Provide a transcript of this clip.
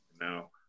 now